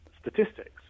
statistics